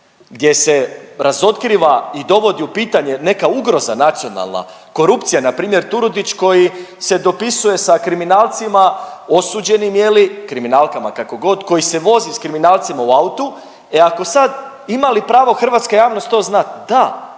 gdje se razotkriva i dovodi u pitanje neka ugroza nacionalna, korupcija npr., Turudić koji se dopisuje sa kriminalcima, osuđenim je li, kriminalkama kako god, koji se vozi s kriminalcima u autu, e ako sad, ima li pravo hrvatska javnost to znat? Da